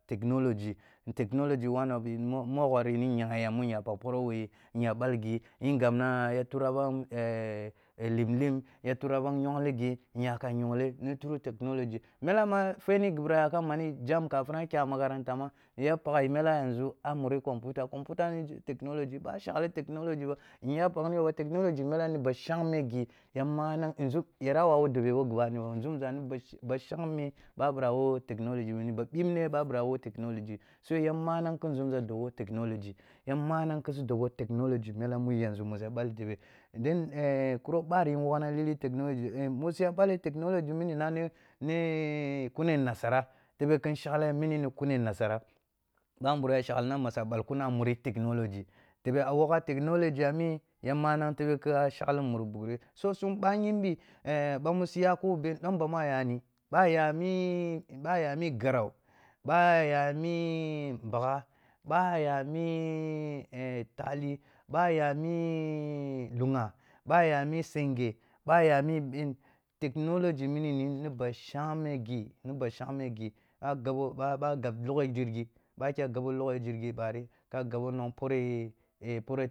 technology, technology one of the, moghori ni nyeghe yam mu nya pagh poroh wo yi, nya ɓal ghi ngabna ya turahbam limlim, ya turah bam nyongli ghi nyakayongle ni through technology, mela ma fweh ni ghi bira mani jamb kafin ka kyah makaranta ma, ya paghe mele yanzu a muri computer, computer ni technology ɓoh shakli technology ba, nya paghni yo ba technology ni ba shangme ghi, ya manang, yanzu yara wawu dobe wa ghi bani ba nzumza ni ba, ba shangme, bah ɓira wo technology mini ba, ɓini ba nzumza ni ba, ba shangme, ɓah ɓwa wo technology mini ba ɓimne ɓoh a ɓira wo technology, so pya manang khi nzumzaa dob wo technology, ya manang khi su dob wo technology mela yanzu mu sa ɓele tebe then kuro ɓari unwokhna lili technology musu ya ɓelli technology na ni ni knni nasara tebe kin shaghle mini ni kuni nasara ɓamburum ya shagklina a su ɓalkun a wuri technology, tobo a woghna tebe technology a mi ya manang tebe ka shakli muri ɓukre so sum ɓah yinbi eh ɓah mu su ya koh beh dom bamu a yani, ɓah a ya mi, ɓoha ya mi, garau, ɓoh a ya mi mhagha, ɓoh ya mi technology mini ni ni ba shang me ghi, ni ba shangme ghi, na gabo, ɓoh a gabloghe jirgi, ɓah a kya gab loghe jirgi, bɓoh a kyah gab loghe jirgiɓa ri, ka a gabo nen boreh